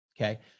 okay